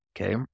Okay